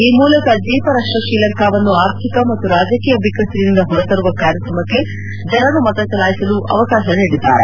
ಈ ಮೂಲಕ ದ್ವೀಪರಾಷ್ಟ ಶ್ರೀಲಂಕಾವನ್ನು ಆರ್ಥಿಕ ಮತ್ತು ರಾಜಕೀಯ ಬಿಕ್ಕಟ್ಟಿನಿಂದ ಹೊರತರುವ ಕಾರ್ಯಕ್ರಮಕ್ಕೆ ಜನರು ಮತಚಲಾಯಿಸಲು ಅವಕಾಶ ನೀಡಿದ್ದಾರೆ